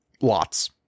Lots